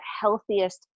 healthiest